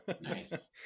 Nice